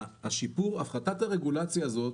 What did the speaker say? הפחתת הרגולציה הזאת